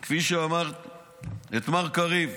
את מר קריב,